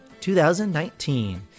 2019